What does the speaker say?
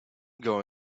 going